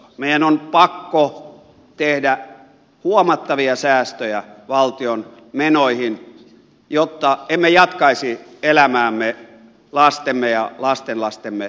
meidän on pakko tehdä huomattavia säästöjä valtion menoihin jotta emme jatkaisi elämäämme lastemme ja lastenlastemme kustannuksella